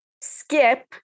skip